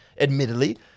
admittedly